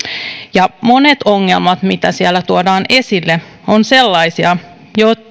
ja monet ongelmat mitä siellä tuodaan esille ovat sellaisia